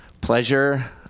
pleasure